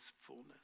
fullness